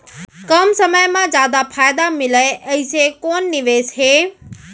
कम समय मा जादा फायदा मिलए ऐसे कोन निवेश हे?